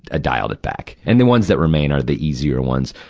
ah dialed it back. and the ones that remained are the easier ones.